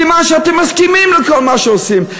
סימן שאתם מסכימים לכל מה שעושים.